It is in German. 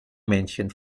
männchen